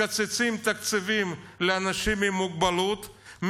מקצצים תקציבים לאנשים עם מוגבלות,